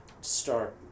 start